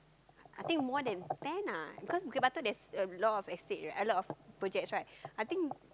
I think more than ten ah because Bukit-Batok there's a lot of estate a lot of projects right I think